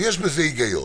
ויש בזה היגיון.